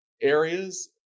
areas